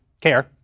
care